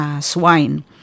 Swine